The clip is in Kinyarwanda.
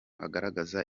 agaragaza